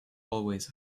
hallways